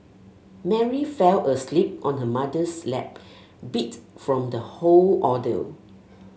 Mary fell asleep on her mother's lap beat from the whole ordeal